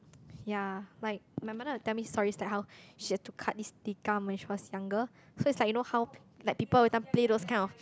ya like my mother will tell me stories like how she has to cut this tikar when she was younger so it's like you know how like people always play those kind of